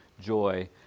joy